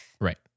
Right